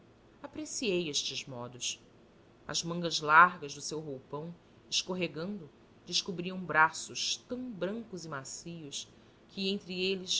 apreciei estes modos as mangas largas do seu roupão escorregando descobriam braços tão brancos e macios que entre eles